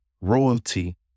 royalty